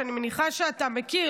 שאני מניחה שאתה מכיר,